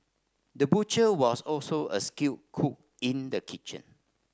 the butcher was also a skilled cook in the kitchen